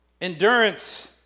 Endurance